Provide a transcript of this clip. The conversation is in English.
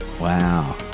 Wow